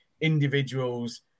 individuals